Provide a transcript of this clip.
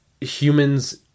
humans